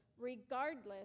regardless